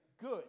good